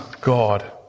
God